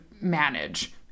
manage